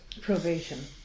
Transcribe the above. Probation